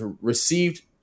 received